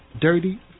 Dirty